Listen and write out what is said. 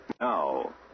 now